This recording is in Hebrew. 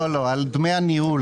על דמי הניהול.